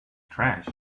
trash